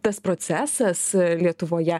tas procesas lietuvoje